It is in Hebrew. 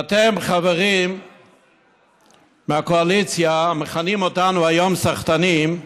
ואתם, חברים מהקואליציה, מכנים אותנו היום סחטנים.